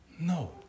No